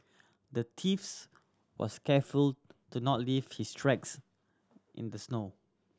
the thieves was careful to not leave his tracks in the snow